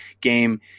game